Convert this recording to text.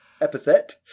epithet